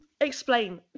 explain